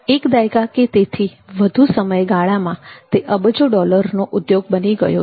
એક દાયકા કે તેથી વધુ સમય ગાળામાં તે અબજો ડોલરનો ઉદ્યોગ બની ગયો છે